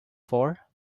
for